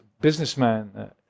businessman